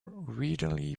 readily